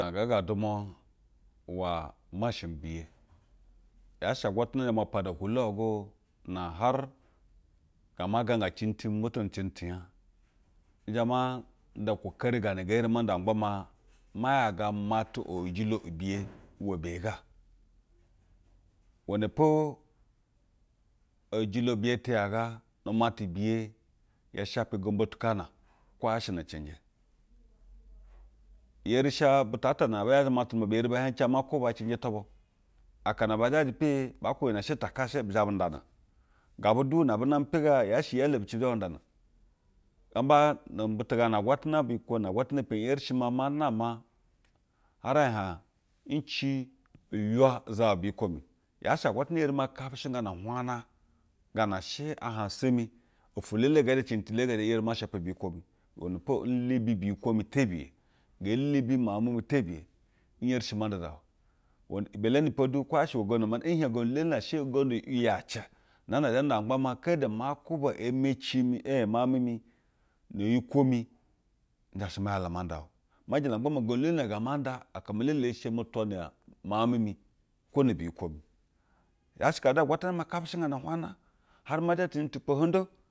Gaana nga ga dumwa ier- masha bi biye. Yaa shɛ agwatana zhe ma pana ohwolu hwaye go na hare ngɛɛ zhɛ ma ganga eenjɛ ti mi mo tono cenjɛ tinya. Zhɛ ma nda kwukeri gaa na nge yeri ma ndo magba maa ma yaga umatu eyejilo ubiye uwe beyi ga. Iwenɛ po, eyejilo biye ti yaga na mutu biye ya shepe gombo te kaana. Kwo yaa shɛ nu cɛnjɛ. I yeri sha butu ata na abu yajɛ umatu nu bwa bi yeri bɛ hiɛj inca ma kwuba cenjɛ tubu akana baa zhajɛ peye baa kwubɛ iyi ne she takashɛ be zhɛ bundana gabudu na bu name pe ga yaa shɛ i ɛlɛe bi ci bi zhe ma ndana. Gombo nu butu gaa na agwatana biyikwo na agwatana mpeni eri shi maa ma nama hare e hiej nci ugwu uzawi biyikwo mi o. Yaa hse agwatana eri ma kapeshengana ulwajna, gaa na she ahansa mi, ofwo elele ngee zhe, cenjɛ ti elele ngee zhe n yeri ma shapa biyikwo mi. Iwene po mubi biyikwo mi tebiye. Ngee lubi miauk mi mi tebiye. N yeri shi ma nda uzawa aba o. Iwen ibe leni pody kwo yaa shɛ iwe gondu ma, mhiej ugondu elele she ugondu te yace, inɛɛ na zhɛ nda maa kede ma kwuba emecimi en miauj mi mi biyi kwo mi nzha she ma da ma nda bu. Ma jala me gba ma ugondu. Elele na nge ma nda aka me elele eshe mi twa na miauk mi mi kwo ne biyi kwo mi. Yaa she kaa du agwatana ma kapɛshɛgana uhwa jna hare ma zha cɛnjɛ tupoho jdo.